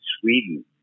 Sweden